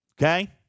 Okay